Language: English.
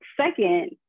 Second